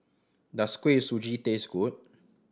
does Kuih Suji taste good